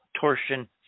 torsion